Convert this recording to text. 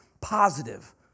positive